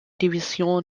division